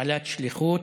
בעלת שליחות.